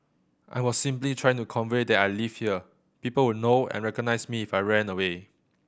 I was simply trying to convey that I lived here people would know and recognise me if I ran away